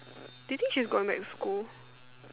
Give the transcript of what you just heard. do you think she is going back to school